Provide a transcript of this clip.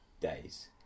days